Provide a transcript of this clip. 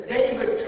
David